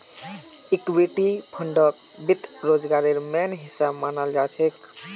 equity फंडक वित्त बाजारेर मेन हिस्सा मनाल जाछेक